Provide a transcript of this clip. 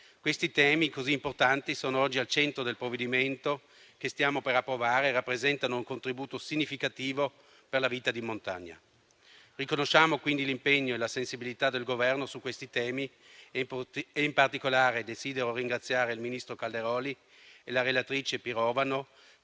Questi temi così importanti sono oggi al centro del provvedimento che stiamo per approvare e rappresentano un contributo significativo per la vita di montagna. Riconosciamo quindi l'impegno e la sensibilità del Governo su questi temi, e in particolare desidero ringraziare il ministro Calderoli e la relatrice Pirovano,